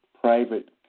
private